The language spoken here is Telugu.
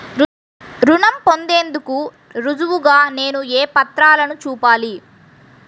రుణం పొందేందుకు రుజువుగా నేను ఏ పత్రాలను చూపాలి?